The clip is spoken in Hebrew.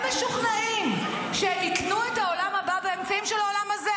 הם משוכנעים שהם יקנו את העולם הבא באמצעים של העולם הזה.